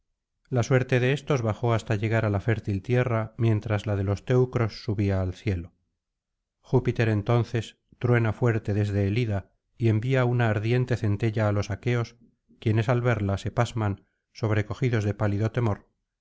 la suerte de éstos bajó hasta llegar á la fértil tierra mientras la de los teneros subía al cielo júpiter entonces truena fuerte desde el ida y envía una ardiente centella á los aqueos quienes al verla se pasman sobrecogidos de pálido temor